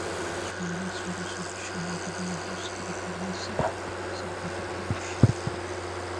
žmonės virusu iki šiol niekada nebuvo užsikrėtę ir nesirgo sirgo tik paukščiai